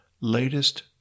latest